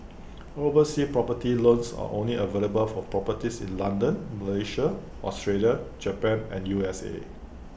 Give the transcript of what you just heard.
overseas property loans are only available for properties in London Malaysia Australia Japan and U S A